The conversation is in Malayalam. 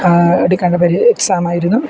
എക്സാം ആയിരുന്നു